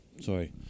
Sorry